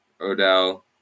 Odell